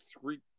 three